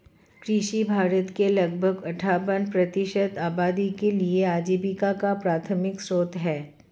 कृषि भारत की लगभग अट्ठावन प्रतिशत आबादी के लिए आजीविका का प्राथमिक स्रोत है